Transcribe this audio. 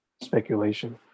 speculation